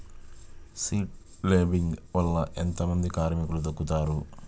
Seed లేంబింగ్ వల్ల ఎంత మంది కార్మికులు తగ్గుతారు?